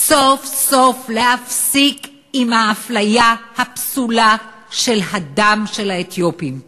סוף-סוף להפסיק את האפליה הפסולה של האתיופים.